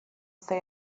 say